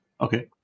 Okay